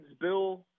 Bill